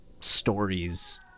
stories